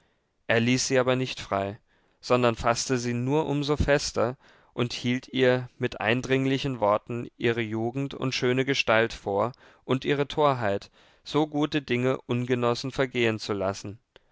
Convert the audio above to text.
er ließ sie aber nicht frei sondern faßte sie nur um so fester und hielt ihr mit eindringlichen worten ihre jugend und schöne gestalt vor und ihre torheit so gute dinge ungenossen vergehen zu lassen